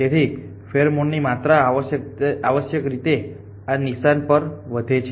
તેથી ફેરોમોનની માત્રા આવશ્યકરીતે આ નિશાન પર વધે છે